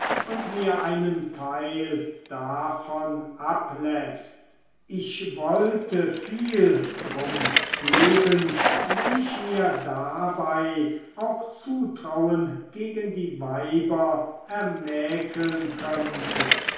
und mir einen teil davon abläßt ich wollte viel drum geben wenn ich mir dabei auch zutrauen gegen die weiber ermäkeln könnte